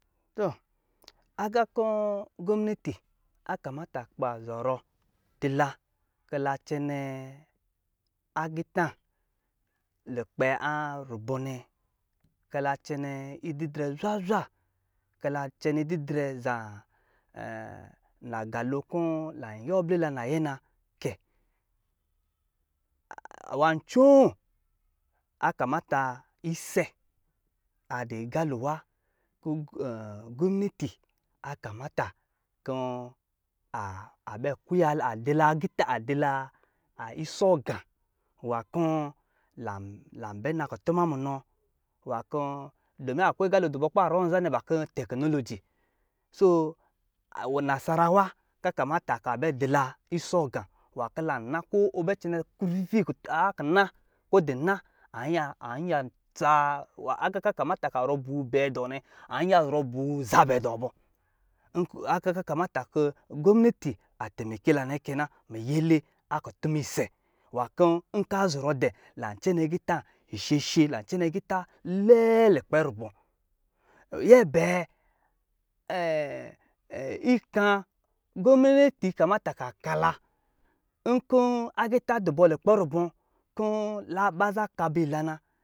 Tɔ, agā kɔ̄ gominati a kamata kuba, zɔrɔ di la ki la cɛnɛɛ agitā lukpɛ a rubɔ nɛ, kila cɛnɛ ididrɛ zwa zwa, kila cɛnɛ idirɛ zan lagā lo kɔ̄ lan yuwa abli la nayɛ na kɛ, nwā ncoo, a kamata ise a di galo wa kɔ̄ gominati a kamata kɛ a a bɛ kuya la adila agiita a di la isɔɔ gā nwā kɔ̄ lan lan bɛ na kutuma munɔ nwā kɔ̄, dɔmin a kwe agalo di bɔ kuba rɔ nzanɛ ba kɔ̄ tɛkɔnologi, soo wɔ nasara wa kaa kamata ka bɛ di la isɔɔ gā nwā ki lan na ko ɔ bɛ cɛnɛ a kina kɔ̄ di na an iya an iya tsaa agā kaa kamata ka zɔrɔ buwu bnɛɛ dɔ nɛ, an iya zɔrɔ buwu zabɛ dɔ bɔ agā kaa kamata kɔ̄ gominati a tɛmeke la nɛ kɛ na miyɛlɛ a kutuma ise nwā kɔ̄ nka zɔrɔ dɛ lan cɛnɛ gitā ishɛshɛ lan cɛnɛ gitā lɛɛ lukpɛ rubɔ. Nyɛ bɛɛ, ikan, gominati kamata, ka ka la. Nkɔ̄ agita dɔ bɔ lukpɛ rubɔ kɔ̄ ba za kaabi la na